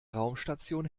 raumstation